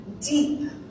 Deep